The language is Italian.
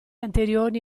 anteriori